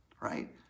right